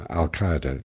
al-qaeda